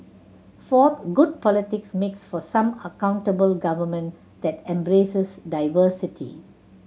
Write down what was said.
fourth good politics makes for some accountable government that embraces diversity